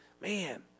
man